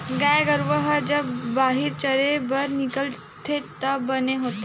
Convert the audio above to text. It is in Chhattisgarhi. गाय गरूवा ह जब बाहिर चरे बर निकलथे त बने होथे